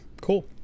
Cool